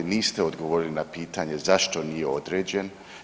Niste odgovorili na pitanje zašto nije određen.